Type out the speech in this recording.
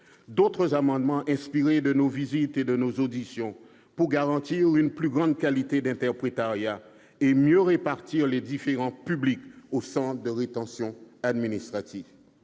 D'autres amendements, inspirés de nos visites et de nos auditions, tendront à garantir une plus grande qualité d'interprétariat et à mieux répartir les différents publics en centre de rétention administrative.